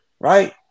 Right